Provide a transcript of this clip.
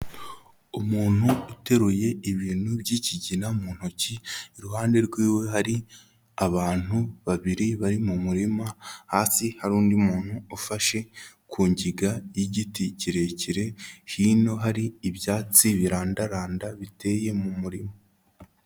Umuntu uteruye ibintu by'ikigina mu ntoki, iruhande rwiwe hari abantu babiri bari mu murima hasi hari undi muntu ufashe ku ngiga y'igiti kirekire, hino hari ibyatsi birandaranda biteye mu murima.